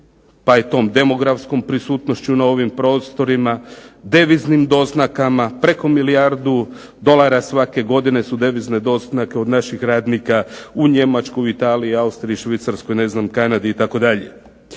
pa i tom demografskom prisutnošću na ovim prostorima, deviznim doznakama, preko milijardu dolara svake godine su devizne doznake od naših radnika u Njemačkoj, Italiji, Austriji, Švicarskoj, ne znam Kanadi itd.